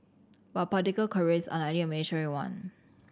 but a political career is unlike a military one